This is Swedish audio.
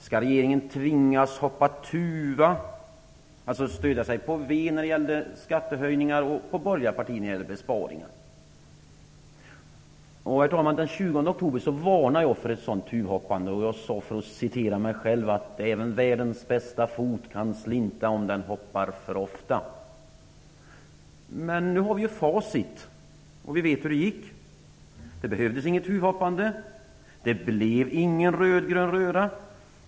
Skulle regeringen tvingas att tuvhoppa genom att stödja sig på Vänsterpartiet för skattehöjningar och på de borgerliga partierna för besparingar? Den 20 oktober varnade jag för ett sådant tuvhoppande. Jag sade: "Även världens bästa fot kan slinta om den hoppar alltför ofta." Men nu har vi facit och vet hur det gick. Det behövdes inget tuvhoppande, och det blev ingen rödgrön röra.